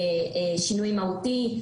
שינוי מהותי,